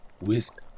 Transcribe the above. whisk